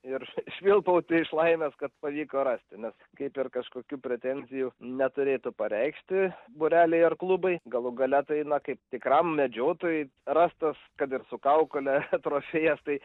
ir švilpauti iš laimės kad pavyko rasti nes kaip ir kažkokių pretenzijų neturėtų pareikšti būreliai ar klubai galų gale tai na kaip tikram medžiotojui rastas kad ir su kaukole trofėjus tai